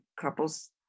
couple's